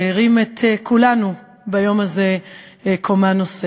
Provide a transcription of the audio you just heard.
שהרים את כולנו ביום הזה קומה נוספת.